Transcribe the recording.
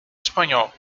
espanhol